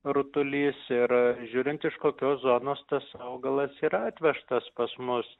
rutulys ir žiūrint iš kokios zonos tas augalas yra atvežtas pas mus